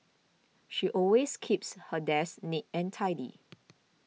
she always keeps her desk neat and tidy